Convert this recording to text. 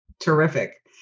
Terrific